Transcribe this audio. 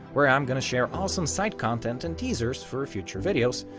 where i'm gonna share awesome side content and teasers for future videos,